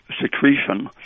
secretion